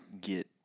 get